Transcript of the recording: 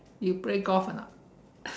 you play golf or not